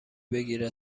بگیره